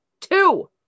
Two